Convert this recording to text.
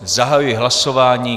Zahajuji hlasování.